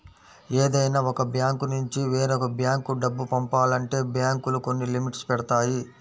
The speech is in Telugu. ఏదైనా ఒక బ్యాంకునుంచి వేరొక బ్యేంకు డబ్బు పంపాలంటే బ్యేంకులు కొన్ని లిమిట్స్ పెడతాయి